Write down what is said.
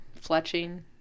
fletching